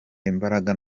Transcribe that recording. imbaraga